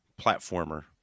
platformer